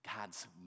god's